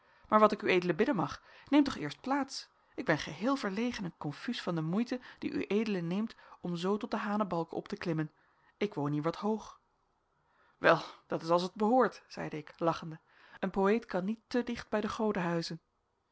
maar wat ik ued bidden mag neem toch eerst plaats ik ben geheel verlegen en confuus van de moeite die ued neemt om zoo tot de hanebalken op te klimmen ik woon hier wat hoog wel dat is als het behoort zeide ik lachende een poëet kan niet te dicht bij de goden huizen